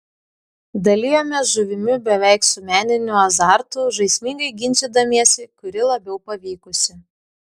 dalijomės žuvimi beveik su meniniu azartu žaismingai ginčydamiesi kuri labiau pavykusi